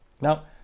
now